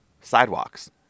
Sidewalks